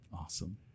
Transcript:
awesome